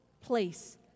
place